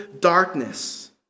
darkness